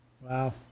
Wow